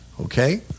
Okay